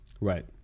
Right